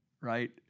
right